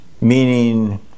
Meaning